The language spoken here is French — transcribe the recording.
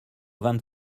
vingt